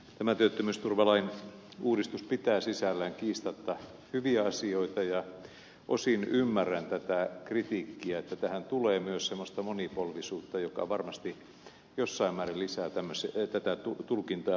tämä työttömyysturvalain uudistus pitää sisällään kiistatta hyviä asioita ja osin ymmärrän tätä kritiikkiä että tähän tulee myös semmoista monipolvisuutta joka varmasti jossain määrin lisää tätä tulkintavaikeutta